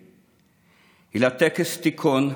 // היא לטקס תיכון,